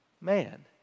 man